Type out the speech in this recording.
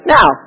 Now